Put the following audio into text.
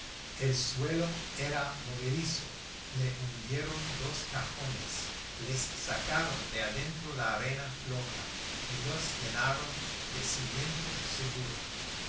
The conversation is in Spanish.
el suelo era movedizo le hundieron dos cajones les sacaron de adentro la arena floja y los llenaron de cimiento seguro